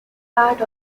part